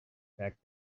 packed